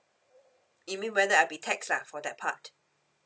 you mean whether I'll be taxed ah for that part